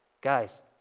Guys